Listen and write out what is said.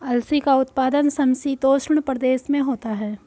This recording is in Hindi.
अलसी का उत्पादन समशीतोष्ण प्रदेश में होता है